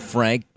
Frank